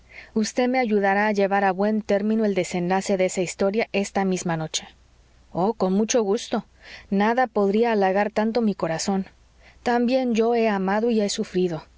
vd me ayudará a llevar a buen término el desenlace de esa historia esta misma noche oh con mucho gusto nada podría halagar tanto mi corazón también yo he amado y he sufrido